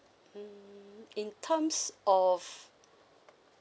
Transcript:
mm in terms of